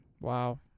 Wow